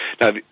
Now